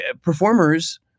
performers